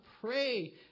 pray